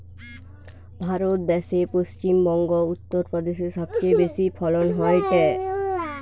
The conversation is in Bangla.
ভারত দ্যাশে পশ্চিম বংগো, উত্তর প্রদেশে সবচেয়ে বেশি ফলন হয়টে